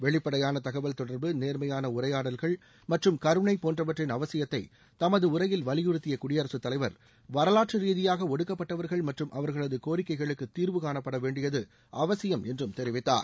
வெளிப்படையான தகவல் தொடர்பு நேர்மையான உரையாடல்கள் மற்றும் கருணை போன்றவற்றின் அவசியத்தை தமது உரையில் வலியுறுத்திய குடியரசுத் தலைவர் வரலாற்று ரீதியாக ஒடுக்கப்பட்டவர்கள் மற்றும் அவர்களது கோரிக்கைகளுக்கு தீர்வுகாணப்பட வேண்டியது அவசியம் என்றும் தெரிவித்தார்